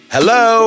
Hello